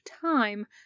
time